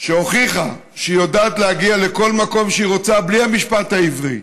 שהוכיחה שהיא יודעת להגיע לכל מקום שהיא רוצה בלי המשפט העברי,